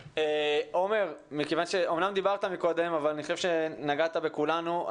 עומר, אמנם דיברת קודם אבל אני חושב שנגעת בכולנו.